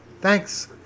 Thanks